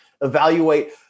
evaluate